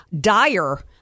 dire